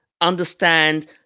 understand